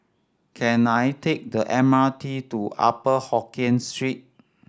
can I take the M R T to Upper Hokkien Street